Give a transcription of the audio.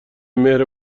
مهر